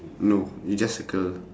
no you just circle